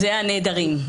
הנעדרים.